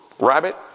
Rabbit